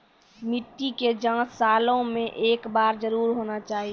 मिट्टी के जाँच सालों मे एक बार जरूर होना चाहियो?